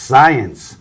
Science